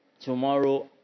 Tomorrow